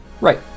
Right